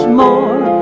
more